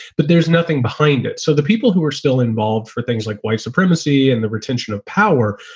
but there's nothing behind it. so the people who are still involved for things like white supremacy and the retention of power,